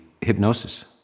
Hypnosis